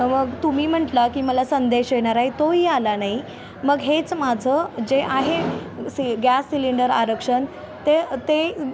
मग तुम्ही म्हटलं की मला संदेश येणार आहे तोही आला नाही मग हेच माझं जे आहे सि गॅस सिलेंडर आरक्षण ते ते